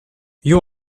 you